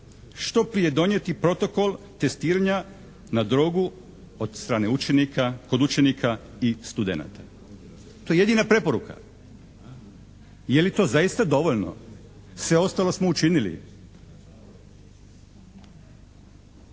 što prije donijeti protokol testiranja na drogu kod učenika i studenata, to je jedina preporuka. Je li to zaista dovoljno? Sve ostalo smo učinili?